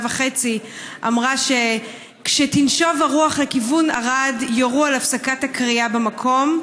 וחצי אמרה שכשתנשב הרוח לכיוון ערד יורו על הפסקת הכרייה במקום,